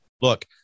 Look